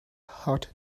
heart